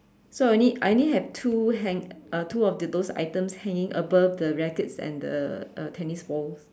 so I only I only have two hang uh two of those items hanging above the rackets and the uh tennis balls